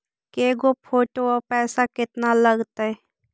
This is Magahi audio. के गो फोटो औ पैसा केतना लगतै?